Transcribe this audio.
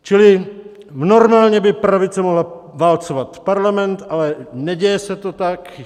Čili normálně by pravice mohla válcovat parlament, ale neděje se to tak.